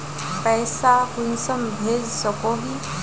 पैसा कुंसम भेज सकोही?